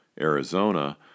Arizona